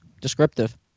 Descriptive